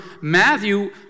Matthew